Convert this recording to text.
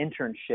internship